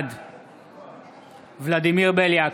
בעד ולדימיר בליאק,